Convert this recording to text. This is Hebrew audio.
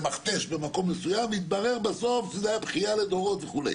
מכתש במקום מסוים והתברר בסוף שזה היה בכייה לדורות וכולי.